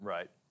Right